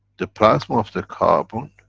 the plasma of the carbon,